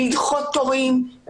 לדחות תורים,